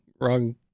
wrong